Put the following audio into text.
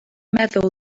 meddwl